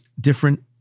different